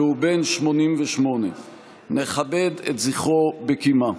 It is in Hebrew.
והוא בן 88. נכבד את זכרו בקימה.